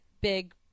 big